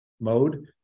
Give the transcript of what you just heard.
mode